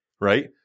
right